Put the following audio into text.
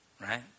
Right